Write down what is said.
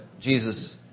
Jesus